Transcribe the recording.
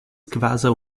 kvazaŭ